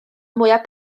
mwyaf